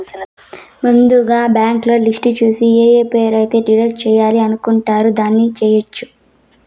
ముందుగా బ్యాంకులో లిస్టు చూసి ఏఏ పేరు అయితే డిలీట్ చేయాలి అనుకుంటారు దాన్ని చేయొచ్చు